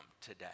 today